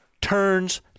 turns